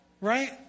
right